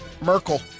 Merkel